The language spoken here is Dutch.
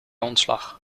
ontslag